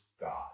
God